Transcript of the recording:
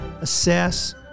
assess